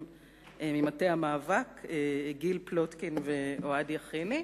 ממטה המאבק: גיל פלוטקין ואוהד יכיני.